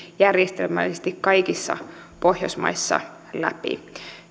järjestelmällisesti kaikissa pohjoismaissa läpi